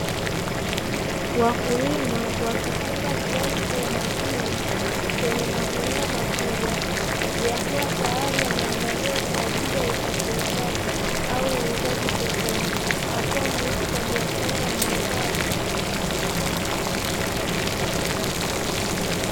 Wakulima wakifunga viazi kwa umakini kwenye magunia makubwa yakiwa tayari yameandaliwa kwa ajili ya usafirishaji au uuzaji sokoni, hatua muhimu kwa biashara ya mazao.